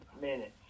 minutes